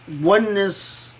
oneness